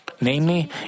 Namely